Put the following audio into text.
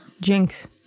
Jinx